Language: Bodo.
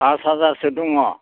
फासहाजार सो दङ